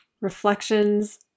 reflections